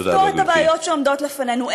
לפתור את הבעיות שעומדות בפנינו.